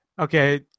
Okay